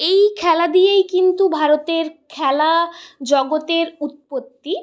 এই খেলা দিয়েই কিন্তু ভারতের খেলা জগতের উৎপত্তি